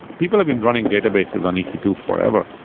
people have been running databases on e c two forever,